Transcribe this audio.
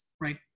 right